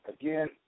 Again